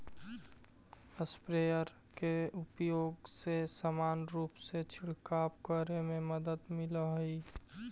sprayer के उपयोग से समान रूप से छिडकाव करे में मदद मिलऽ हई